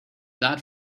that